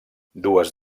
dues